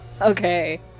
Okay